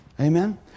Amen